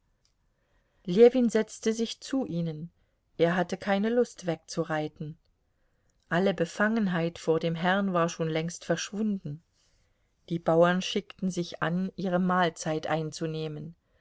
ljewin setzte sich zu ihnen er hatte keine lust wegzureiten alle befangenheit vor dem herrn war schon längst verschwunden die bauern schickten sich an ihre mahlzeit einzunehmen